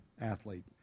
athlete